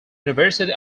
university